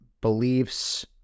beliefs